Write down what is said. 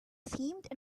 seemed